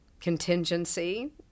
contingency